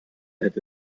hätte